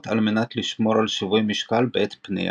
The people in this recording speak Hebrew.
על מנת לשמור על שיווי משקל בעת פנייה.